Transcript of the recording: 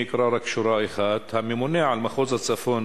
אני אקרא רק שורה אחת: "הממונה על מחוז הצפון,